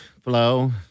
flow